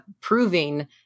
proving